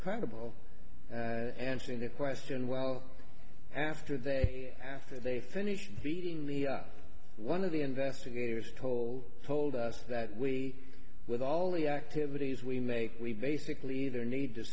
credible answering that question well after they after they finished beating me up one of the investigators told told us that we with all the activities we make we basically either need to